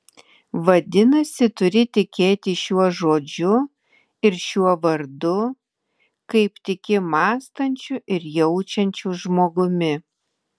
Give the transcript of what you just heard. vadinasi turi tikėti šiuo žodžiu ir šiuo vardu kaip tiki mąstančiu ir jaučiančiu žmogumi